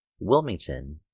Wilmington